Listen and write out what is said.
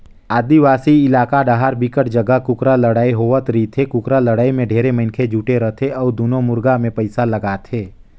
आदिवासी इलाका डाहर बिकट जघा कुकरा लड़ई होवत रहिथे, कुकरा लड़ाई में ढेरे मइनसे जुटे रथे अउ दूनों मुरगा मे पइसा लगाथे